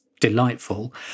delightful